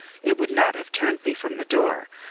it would not have turned me from the door.